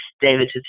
David